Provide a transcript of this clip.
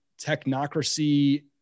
technocracy